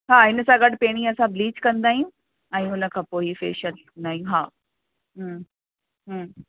हा हिनसां गॾु पहिरीं असां ब्लीच कंदा आहियूं ऐं हुनखां पोइ ही फ़ेशियल कंदा आहियूं हा हम्म हम्म